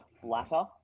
flatter